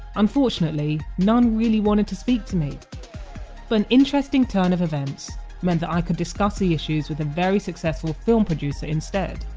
unfortunately, none really wanted to speak to me. but an interesting turn of events meant that i could discuss the issues with a very successful film producer instead.